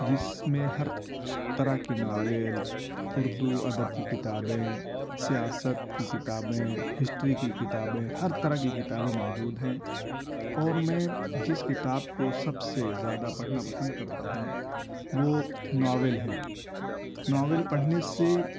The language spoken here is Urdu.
جس میں ہر طرح کی ناول اردو ادب کی کتابیں سیاست کی کتابیں ہسٹری کی کتابیں ہر طرح کی کتابیں موجود ہیں اور میں جس کتاب کو سب سے زیادہ پڑھنا پسند کرتا ہوں وہ ناول ہے ناول پڑھنے سے